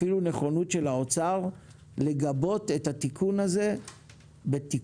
אפילו נכונות של האוצר לגבות את התיקון הזה בתקצוב